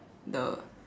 the